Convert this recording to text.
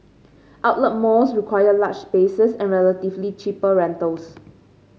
outlet malls require large spaces and relatively cheaper rentals